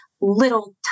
little